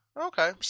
Okay